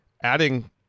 adding